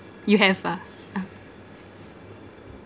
you have ah ah